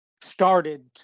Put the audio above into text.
started